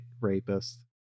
rapist